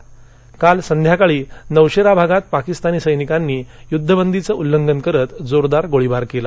दरम्यानकाल संध्याकाळी नौशप्तिभागात पाकिस्तानी सैनिकांनी युध्दबंदीचं उल्लंघन करत जोरदार गोळीबार कल्ली